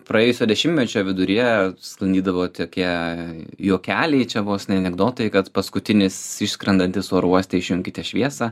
praėjusio dešimtmečio viduryje sklandydavo tokie juokeliai čia vos ne anekdotai kad paskutinis išskrendantis oro uoste išjunkite šviesą